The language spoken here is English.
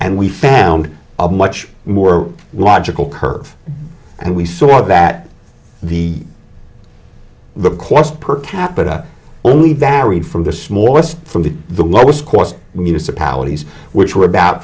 and we found a much more logical curve and we saw that the the cost per capita only varied from the smallest from the the lowest cost municipalities which were about